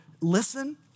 Listen